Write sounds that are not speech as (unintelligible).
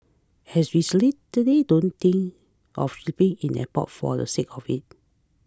(unintelligible) we (unintelligible) don't think of sleeping in the airport for the sake of it